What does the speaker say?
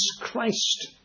Christ